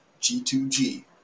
G2G